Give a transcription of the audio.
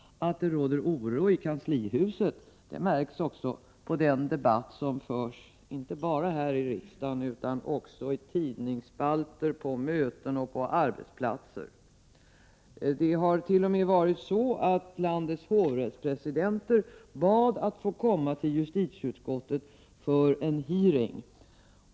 Att det råder oro i kanslihuset märks på den debatt som inte bara förs här i riksdagen utan också i tidningsspalter, på möten och på arbetsplatser. Landets hovrättspresidenter har t.o.m. bett att få komma till justitieutskottet för en hearing.